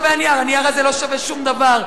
הנייר הזה לא שווה שום דבר.